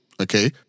okay